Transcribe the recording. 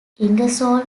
ingersoll